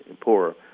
poor